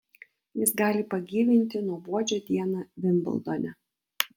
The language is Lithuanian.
jis gali pagyvinti nuobodžią dieną vimbldone